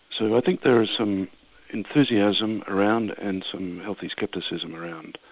so i think there are some enthusiasm around and some healthy scepticism around.